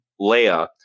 leia